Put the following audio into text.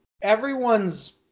everyone's